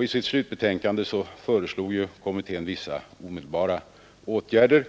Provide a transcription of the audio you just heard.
I sitt slutbetänkande föreslog kommittén vissa omedelbara åtgärder,